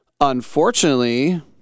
Unfortunately